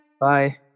Bye